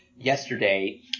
yesterday